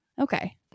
okay